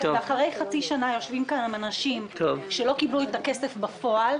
ואחרי חצי שנה יושבים כאן אנשים שלא קיבלו את הכסף בפועל,